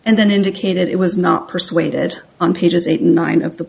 and then indicated it was not persuaded on pages eight nine of the